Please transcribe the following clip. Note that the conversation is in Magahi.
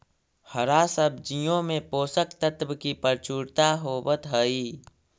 हरा सब्जियों में पोषक तत्व की प्रचुरता होवत हई